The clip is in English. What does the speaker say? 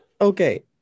Okay